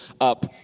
up